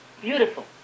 beautiful